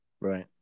Right